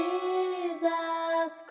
Jesus